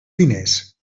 diners